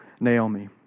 Naomi